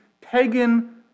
pagan